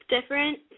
different